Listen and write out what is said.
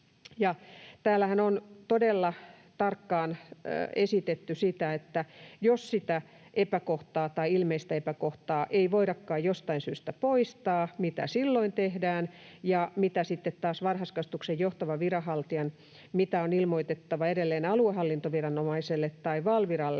Täällähän on todella tarkkaan esitetty, että jos sitä epäkohtaa tai ilmeistä epäkohtaa ei voidakaan jostain syystä poistaa, mitä silloin tehdään, ja mitä sitten taas varhaiskasvatuksen johtavan viranhaltijan on ilmoitettava edelleen aluehallintoviranomaiselle tai Valviralle,